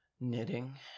Knitting